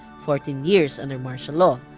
fourteen years under martial law,